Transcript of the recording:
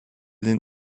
den